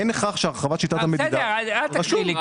"אין לכך שהרחבת שיטת המדידה" --- אל תקריא לי.